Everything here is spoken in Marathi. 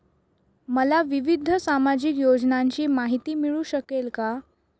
मला विविध सामाजिक योजनांची माहिती मिळू शकेल का?